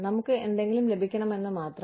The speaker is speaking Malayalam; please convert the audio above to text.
നമുക്ക് എന്തെങ്കിലും ലഭിക്കണമെന്ന് മാത്രം